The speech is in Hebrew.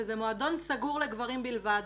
וזה מועדון סגור לגברים בלבד.